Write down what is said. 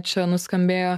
čia nuskambėjo